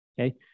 Okay